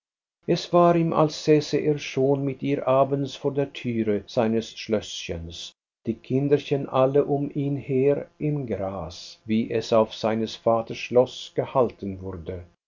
es war ihm als säße er schon mit ihr abends vor der türe seines schlößchens die kinderchen alle um ihn her im gras wie es auf seines vaters schloß gehalten wurde